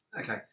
Okay